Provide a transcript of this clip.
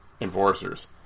enforcers